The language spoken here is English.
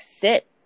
sit